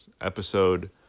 episode